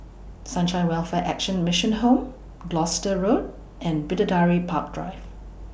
Sunshine Welfare Action Mission Home Gloucester Road and Bidadari Park Drive